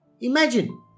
Imagine